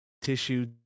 Tissue